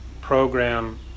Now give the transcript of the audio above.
program